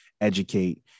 educate